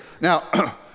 Now